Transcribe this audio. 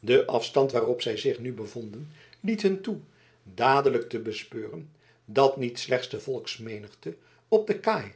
de afstand waarop zij zich nu bevonden liet hun toe dadelijk te bespeuren dat niet slechts de volksmenigte op de kaai